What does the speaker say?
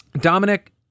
Dominic